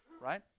right